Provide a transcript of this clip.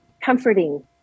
comforting